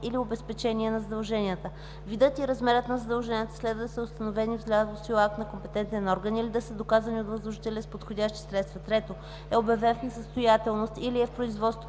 или обезпечение на задълженията; видът и размерът на задълженията следва да са установени с влязъл в сила акт на компетентен орган или да са доказани от възложителя с подходящи средства; 3. е обявен в несъстоятелност или е в производство